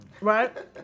Right